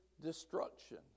destruction